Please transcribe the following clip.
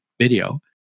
video